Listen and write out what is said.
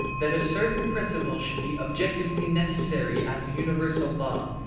that a certain principle should be objectively necessary as a universal law,